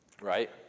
right